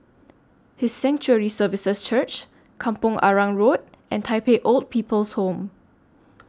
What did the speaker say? His Sanctuary Services Church Kampong Arang Road and Tai Pei Old People's Home